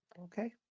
Okay